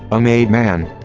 a made man.